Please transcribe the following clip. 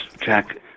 Jack